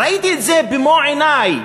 ראיתי את זה במו עיני.